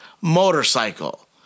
motorcycle